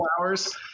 hours